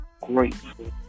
grateful